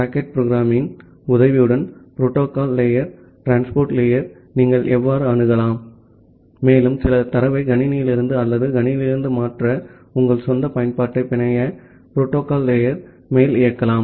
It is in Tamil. சாக்கெட் புரோகிராமிங்கின் உதவியுடன் புரோட்டோகால் லேயர் டிரான்ஸ்போர்ட் லேயர் நீங்கள் எவ்வாறு அணுகலாம் மேலும் சில தரவை கணினியிலிருந்து அல்லது கணினியிலிருந்து மாற்ற உங்கள் சொந்த பயன்பாட்டை பிணைய புரோட்டோகால் லேயர் மேல் இயக்கலாம்